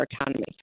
economy